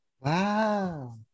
Wow